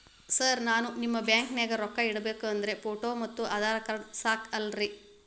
Sir ನಾನು ನಿಮ್ಮ ಬ್ಯಾಂಕನಾಗ ರೊಕ್ಕ ಇಡಬೇಕು ಅಂದ್ರೇ ಫೋಟೋ ಮತ್ತು ಆಧಾರ್ ಕಾರ್ಡ್ ಸಾಕ ಅಲ್ಲರೇ?